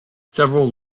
several